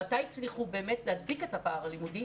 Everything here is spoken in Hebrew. מתי הצליחו באמת להדביק את הפער הלימודי?